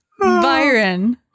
Byron